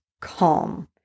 calm